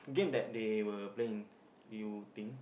game that they were playing you think